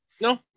no